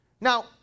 Now